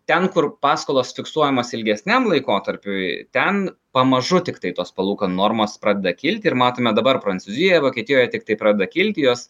ten kur paskolos fiksuojamos ilgesniam laikotarpiui ten pamažu tiktai tos palūkanų normos pradeda kilti ir matome dabar prancūzijoje vokietijoje tiktai pradeda kilti jos